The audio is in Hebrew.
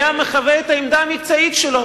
היה מחווה את העמדה המקצועית שלו,